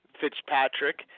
Fitzpatrick